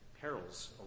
perils